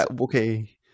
Okay